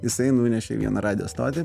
jisai nunešė vieną radijo stotį